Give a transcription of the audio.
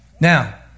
Now